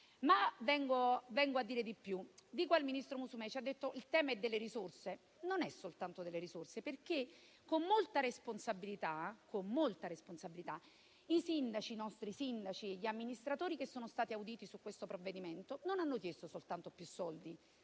Ma dico di più. Il ministro Musumeci ha detto che il tema è quello delle risorse. Non è soltanto quello delle risorse. Con molta responsabilità, i sindaci e gli amministratori che sono stati auditi su questo provvedimento non hanno chiesto soltanto più soldi,